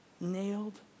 nailed